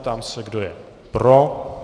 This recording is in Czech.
Ptám se, kdo je pro.